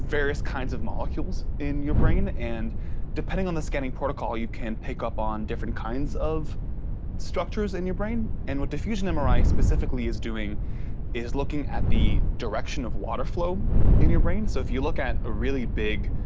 various kinds of molecules in your brain. and depending on the scanning protocol, you can pick up on different kinds of structures in and your brain. and what diffusion mri specifically is doing is looking at the direction of water flow in your brain. so if you look at a really big